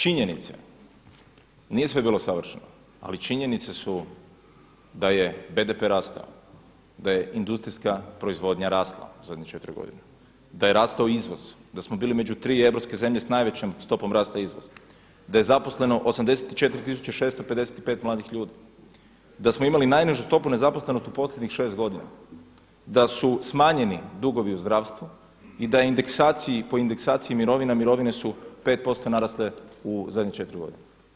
Činjenica je, nije sve bilo savršeno ali činjenice su da je BDP rastao, da je industrijska proizvodnja rasla u zadnje 4 godine, da je rastao izvoz, da smo bili među tri europske zemlje s najvećom stopom rasta izvoza, da je zaposleno 84 tisuće 655 mladih ljudi, da smo imali najnižu stopu nezaposlenosti u posljednjih 6 godina, da su smanjeni dugovi u zdravstvu i da po indeksaciji mirovina mirovine su 5% narasle u zadnje 4 godine.